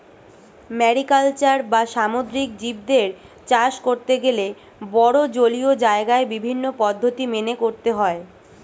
mariculture বা সামুদ্রিক জীবদের চাষ করতে গেলে বড়ো জলীয় জায়গায় বিভিন্ন পদ্ধতি মেনে করতে হয়